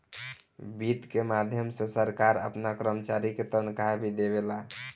वित्त के माध्यम से सरकार आपना कर्मचारी के तनखाह भी देवेला